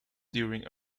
during